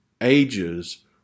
ages